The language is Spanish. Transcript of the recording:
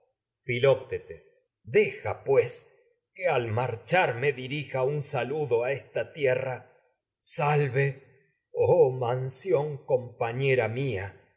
un deja tierra pues que al marcharme dirija saludo a esta salve oh mansión compañera húmedas mía